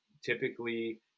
Typically